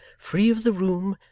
free of the room,